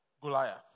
Goliath